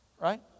Right